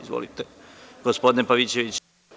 Izvolite, gospodine Pavićeviću.